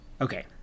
Okay